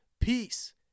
peace